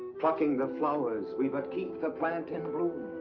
plucking the flowers, we but keep the plant in bloom.